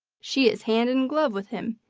she is hand in glove with him.